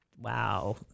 Wow